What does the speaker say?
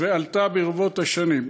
ועלתה ברבות השנים.